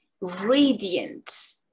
radiant